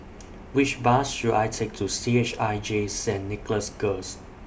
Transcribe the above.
Which Bus should I Take to C H I J Saint Nicholas Girls